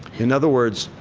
in other words,